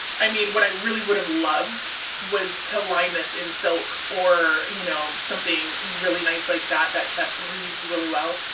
i mean, what i really would have loved was to line this in silk or you know, something really nice like that, that that breathes really well.